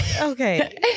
Okay